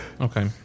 Okay